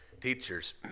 teachers